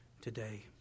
today